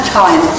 time